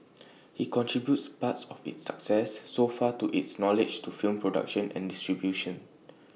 he contributes part of its success so far to his knowledge to film production and distribution